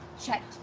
checked